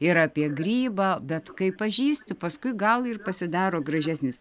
ir apie grybą bet kai pažįsti paskui gal ir pasidaro gražesnis